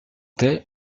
t’es